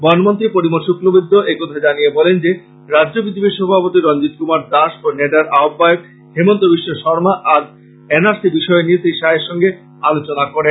বন মন্ত্রী পরিমল শুক্লবৈদ্য এই কথা জানিয়ে বলেন যে রাজ্য বিজেপির সভাপতি রঞ্জিত কুমার দাস ও হিমন্ত বিশ্বশর্মা আজ এন আর সির বিষয় নিয়ে শ্রী শাহের সঙ্গে আলোচনা করেন